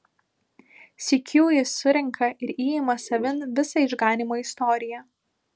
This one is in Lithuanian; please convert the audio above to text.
sykiu jis surenka ir įima savin visą išganymo istoriją